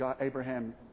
Abraham